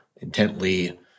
Intently